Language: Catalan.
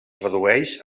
produeix